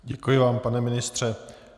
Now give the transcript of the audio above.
Děkuji vám, pane ministře.